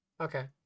okay